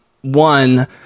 one